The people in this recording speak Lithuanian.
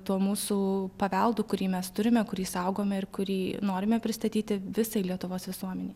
tuo mūsų paveldu kurį mes turime kurį saugome ir kurį norime pristatyti visai lietuvos visuomenei